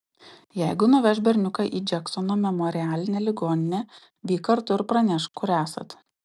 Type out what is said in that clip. jeigu nuveš berniuką į džeksono memorialinę ligoninę vyk kartu ir pranešk kur esat